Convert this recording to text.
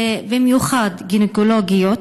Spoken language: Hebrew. ובמיוחד בגינקולוגיות,